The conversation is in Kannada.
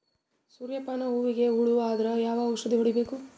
ಸೂರ್ಯ ಪಾನ ಹೂವಿಗೆ ಹುಳ ಆದ್ರ ಯಾವ ಔಷದ ಹೊಡಿಬೇಕು?